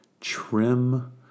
trim